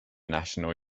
national